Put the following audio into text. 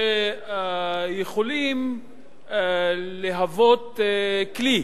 שיכולים להוות כלי